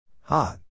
Hot